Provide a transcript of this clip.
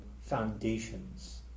foundations